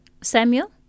Samuel